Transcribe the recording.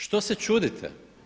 Što se čudite?